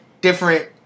different